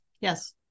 Yes